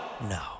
No